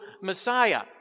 Messiah